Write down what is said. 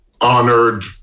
honored